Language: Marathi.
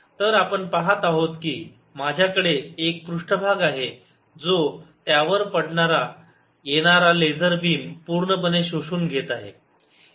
तर आपण पहात आहोत की माझ्याकडे एक पृष्ठभाग आहे जो त्यावर पडणारा येणारा लेझर बीम पूर्णपणे शोषून घेत आहे